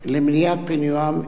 תושבי מגרון למניעת פינוים,